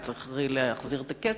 הוא צריך הרי להחזיר את הכסף,